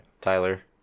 Tyler